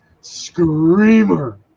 screamer